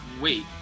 wait